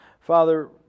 Father